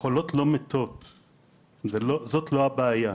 החולות לא מתות, זאת לא הבעיה.